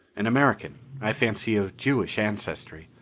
an american i fancy of jewish ancestry.